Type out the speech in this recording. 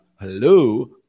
Hello